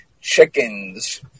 Chickens